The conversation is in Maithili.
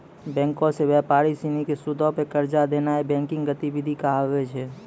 बैंको से व्यापारी सिनी के सूदो पे कर्जा देनाय बैंकिंग गतिविधि कहाबै छै